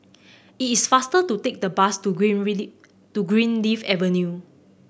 it is faster to take the bus to Greenleaf Avenue